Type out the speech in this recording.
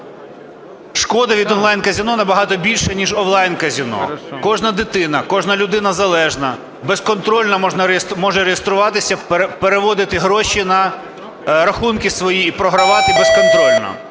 Шкоди від онлайн-казино набагато більше ніж онлайн-казино. Кожна дитина, кожна людина залежна безконтрольно може реєструватися, переводити гроші на рахунки свої і програвати безконтрольно.